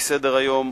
מסדר-היום,